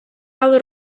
але